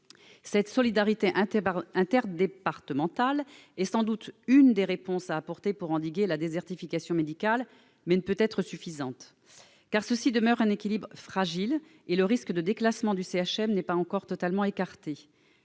Cette solidarité interdépartementale est sans doute une des réponses à apporter pour endiguer la désertification médicale, même si elle ne peut être suffisante en soi. En effet, l'équilibre demeure fragile, et le risque de déclassement du CHM n'est pas encore totalement écarté.